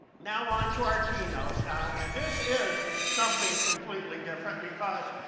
now, on to our keynote and this is something completely different because,